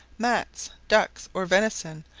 mats, ducks, or venison,